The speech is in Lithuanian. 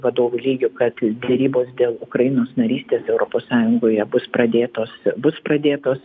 vadovų lygiu kad derybos dėl ukrainos narystės europos sąjungoje bus pradėtos bus pradėtos